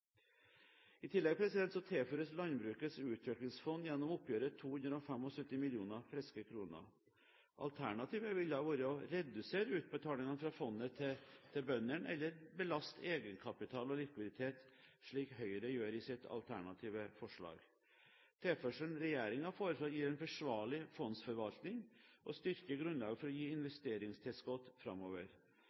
I tillegg tilføres Landbrukets utviklingsfond gjennom oppgjøret 275 mill. friske kr. Alternativet ville være å redusere utbetalingene fra fondet til bøndene, eller belaste egenkapital og likviditet, slik Høyre gjør i sitt alternative forslag. Tilførselen regjeringen foreslår, gir en forsvarlig fondsforvaltning og styrker grunnlaget for å gi investeringstilskudd framover.